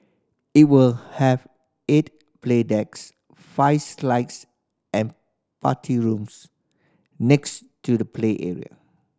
it will have eight play decks five slides and party rooms next to the play area